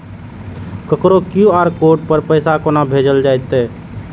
ककरो QR code पर पैसा कोना भेजल जेतै?